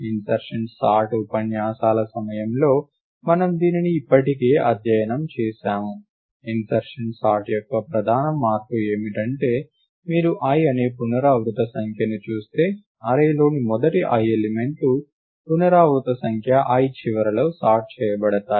insertion sort ఉపన్యాసాల సమయంలో మనము దీనిని ఇప్పటికే అధ్యయనం చేసాము ఇన్సర్షన్ సార్ట్ యొక్క ప్రధాన మార్పు ఏమిటంటే మీరు i అనే పునరావృత సంఖ్యను చూస్తే అర్రే లోని మొదటి i ఎలిమెంట్లు పునరావృత సంఖ్య i చివరిలో సార్ట్ చేయబడతాయి